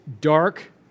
dark